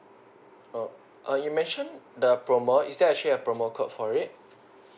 oh err you mentioned the promo is there actually a promo code for it